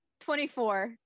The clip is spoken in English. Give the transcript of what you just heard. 24